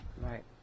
Right